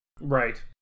Right